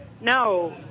no